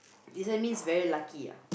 isn't means very lucky ah